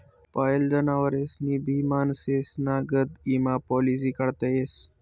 पायेल जनावरेस्नी भी माणसेस्ना गत ईमा पालिसी काढता येस